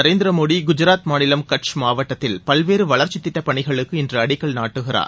நரேந்திர மோடி குஜாத் மாநிலம் கட்ச் மாவட்டத்தில் பல்வேறு வளர்ச்சித் திட்டப் பணிகளுக்கு இன்று அடிக்கல் நாட்டுகிறார்